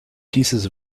pieces